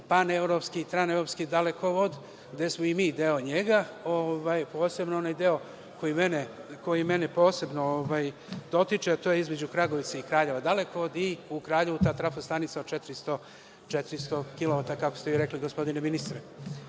panevropski, tranevropski dalekovod, gde smo i mi deo njega, posebno onaj deo koji mene posebno dotiče, a to je između Kragujevca i Kraljeva dalekovod i u Kraljevu ta trafostanica od 400 kilovata, kako ste vi rekli, gospodine ministre. Nadam